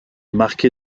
marqué